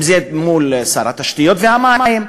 אם זה מול שר התשתיות והמים,